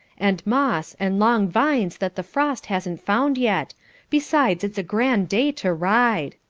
and moss, and long vines that the frost hasn't found yet besides it's a grand day to ride.